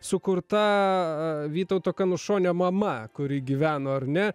sukurta vytauto kanušonio mama kuri gyveno ar ne